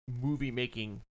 movie-making